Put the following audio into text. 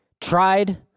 tried